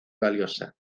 valiosa